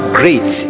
great